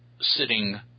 sitting